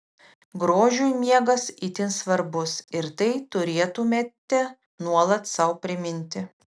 grožiui miegas itin svarbus ir tai turėtumėte nuolat sau priminti